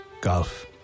golf